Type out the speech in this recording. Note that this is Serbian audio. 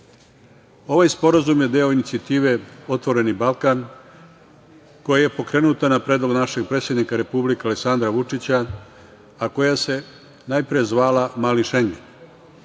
Ovaj sporazum je deo inicijative „Otvoreni Balkan“ koja je pokrenuta na predlog našeg predsednika Republike Aleksandra Vučića, a koja se najpre zvala „Mali Šengen“.